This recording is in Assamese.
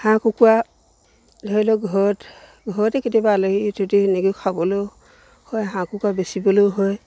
হাঁহ কুকুৰা ধৰি লওক ঘৰত ঘৰতে কেতিয়াবা আলহী যদি সেনেকৈ খাবলৈও হয় হাঁহ কুকুৰা বেচিবলৈও হয়